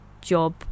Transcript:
job